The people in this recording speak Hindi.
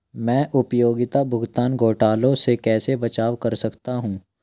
मैं उपयोगिता भुगतान घोटालों से कैसे बचाव कर सकता हूँ?